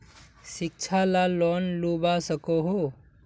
शिक्षा ला लोन लुबा सकोहो?